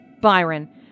Byron